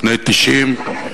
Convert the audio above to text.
בני 90,